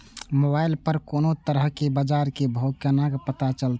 Mobile पर कोनो तरह के बाजार के भाव केना पता चलते?